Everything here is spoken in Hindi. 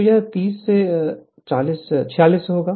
तो यह 30 से 46 होगा